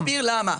אני אסביר למה.